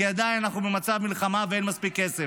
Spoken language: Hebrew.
כי עדיין אנחנו במצב מלחמה ואין מספיק כסף.